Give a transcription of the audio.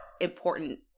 important